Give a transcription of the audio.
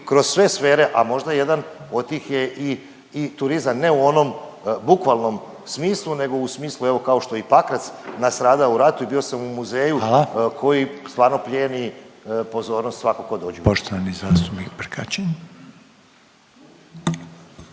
kroz sve sfere, a možda jedan od tih je i turizam, ne u onom bukvalnom smislu, nego u smislu, evo kao što je i Pakrac nastradao u ratu i bio sam u muzeju … .../Upadica: Hvala./... koji stvarno plijeni pozornost svakom tko dođe. **Reiner, Željko